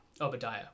Obadiah